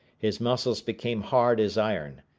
his muscles became hard as iron,